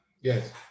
Yes